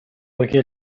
poiché